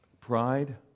Pride